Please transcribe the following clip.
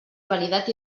validat